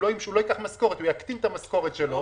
הוא לא ייקח משכורת והוא יקטין את המשכורת שלו,